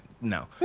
No